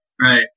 right